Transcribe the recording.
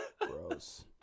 gross